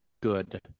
good